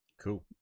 Cool